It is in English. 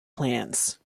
plants